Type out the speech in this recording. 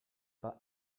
pas